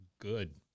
good